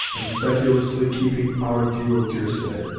and sedulously keeping out of view of deerslayer,